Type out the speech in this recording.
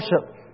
worship